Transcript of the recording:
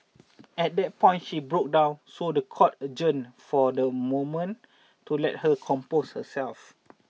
at that point she broke down so the court adjourned for the moment to let her compose herself